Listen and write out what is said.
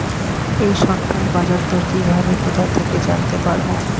এই সপ্তাহের বাজারদর কিভাবে কোথা থেকে জানতে পারবো?